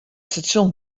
stasjon